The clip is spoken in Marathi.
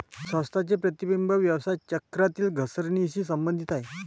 संस्थांचे प्रतिबिंब व्यवसाय चक्रातील घसरणीशी संबंधित आहे